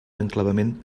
enclavament